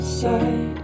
side